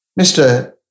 Mr